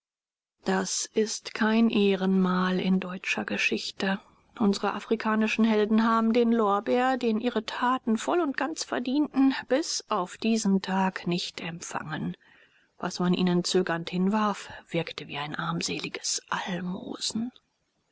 das ist kein ehrenmal in deutscher geschichte unsre afrikanischen helden haben den lorbeer den ihre taten voll und ganz verdienten bis auf diesen tag nicht empfangen was man ihnen zögernd hinwarf wirkte wie ein armseliges almosen